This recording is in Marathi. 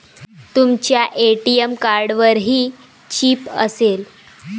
तुमच्या ए.टी.एम कार्डवरही चिप असेल